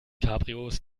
cabrios